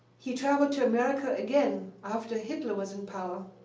he traveled to america again after hitler was in power